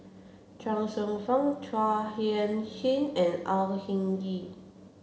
Chuang Hsueh Fang Chua Sian Chin and Au Hing Yee